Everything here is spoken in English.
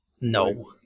No